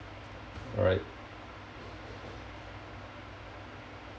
alright